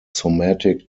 somatic